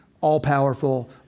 all-powerful